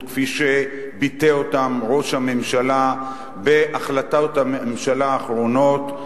כפי שביטא אותן ראש הממשלה בהחלטות הממשלה האחרונות,